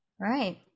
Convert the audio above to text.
right